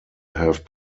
have